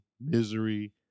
Misery